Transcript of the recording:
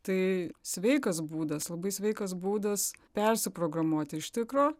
tai sveikas būdas labai sveikas būdas persiprogramuoti iš tikro